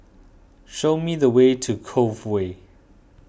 show me the way to Cove Way